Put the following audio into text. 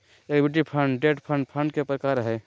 equity fund, debt fund fund के प्रकार हय